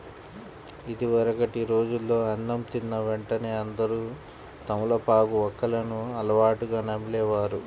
ఇదివరకటి రోజుల్లో అన్నం తిన్న వెంటనే అందరూ తమలపాకు, వక్కలను అలవాటుగా నమిలే వారు